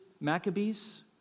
Maccabees